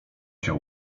się